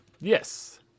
Yes